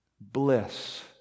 Bliss